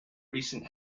recent